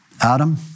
Adam